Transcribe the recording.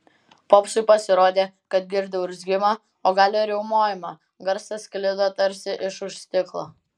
popsui pasirodė kad girdi urzgimą o gal ir riaumojimą garsas sklido tarsi iš už stiklo